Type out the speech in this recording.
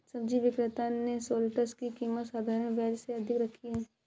सब्जी विक्रेता ने शलोट्स की कीमत साधारण प्याज से अधिक रखी है